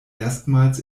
erstmals